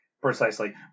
Precisely